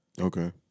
Okay